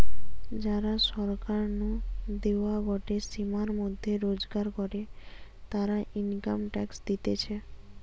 যারা সরকার নু দেওয়া গটে সীমার মধ্যে রোজগার করে, তারা ইনকাম ট্যাক্স দিতেছে